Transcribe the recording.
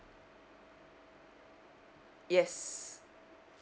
yes